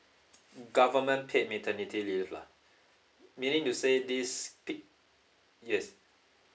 government paid me paternity leave lah meaning to say this pick yes